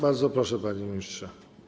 Bardzo proszę, panie ministrze.